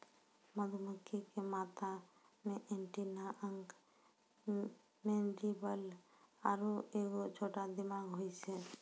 मधुमक्खी के माथा मे एंटीना अंक मैंडीबल आरु एगो छोटा दिमाग होय छै